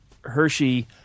Hershey